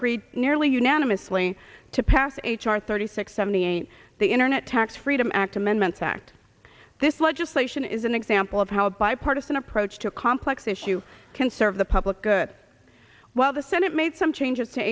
agreed nearly unanimously to pass h r thirty six seventy eight the internet tax freedom act amendment fact this legislation is an example of how bipartisan approach to a complex issue can serve the public good while the senate made some changes to